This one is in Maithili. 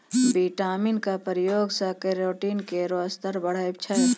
विटामिन क प्रयोग सें केरोटीन केरो स्तर बढ़ै छै